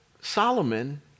Solomon